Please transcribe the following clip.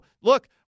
look